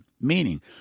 Meaning